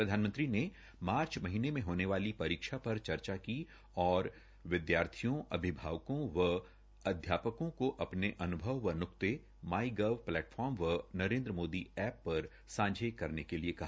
प्रधानमंत्री ने मार्च महीनें में होने वाली परीक्षा पर चर्चा की बात की और विदयार्थियों अभिभावकों व अध्यापकों को अपने अनुभव व नृक्ते माई गोव प्लैटफार्म व नरेन्द्र मोदी एप्प पर सांझे करने के लिए कहा